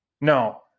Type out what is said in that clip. No